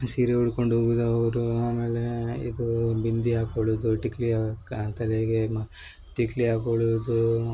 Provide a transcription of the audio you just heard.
ಸೀರೆ ಉಟ್ಕೊಂಡು ಹೋಗೋದು ಅವರು ಆಮೇಲೆ ಇದು ಬಿಂದಿ ಹಾಕೊಳ್ಳುದು ಟಿಕ್ಲಿಯ ಕ ತಲೆಗೆ ಮ ಟಿಕ್ಲಿ ಹಾಕೊಳ್ಳುವುದು